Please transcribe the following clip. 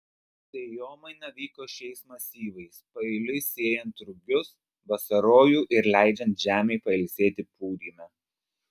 sėjomaina vyko šiais masyvais paeiliui sėjant rugius vasarojų ir leidžiant žemei pailsėti pūdyme